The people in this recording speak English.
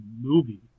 movie